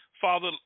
Father